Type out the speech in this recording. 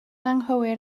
anghywir